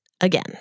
again